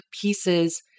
pieces